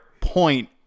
point